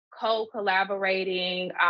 co-collaborating